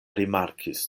rimarkis